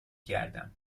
گردم